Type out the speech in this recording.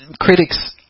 critics